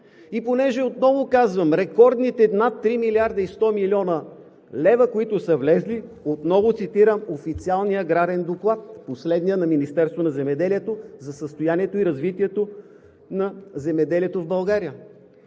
И отново казвам: рекордните над 3 млрд. 100 млн. лв., които са влезли – отново цитирам официалния Аграрен доклад – последния на Министерството на земеделието, за състоянието и развитието на земеделието в България.